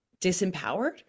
disempowered